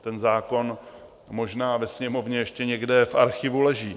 Ten zákon možná ve Sněmovně ještě někde v archivu leží.